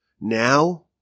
Now